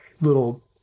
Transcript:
little